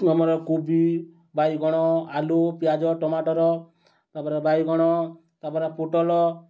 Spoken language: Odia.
ଆମର୍ କୁବି ବାଇଗଣ ଆଲୁ ପିଆଜ ଟମାଟର ତା'ପରେ ବାଇଗଣ ତା'ପରେ ପୋଟଲ